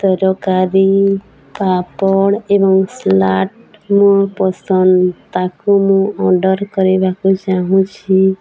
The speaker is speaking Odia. ତରକାରୀ ପାପଡ଼ ଏବଂ ସାଲଡ଼ ମୋ ପସନ୍ଦ ତାକୁ ମୁଁ ଅର୍ଡ଼ର୍ କରିବାକୁ ଚାହୁଁଛି